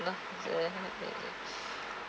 you know